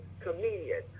comedian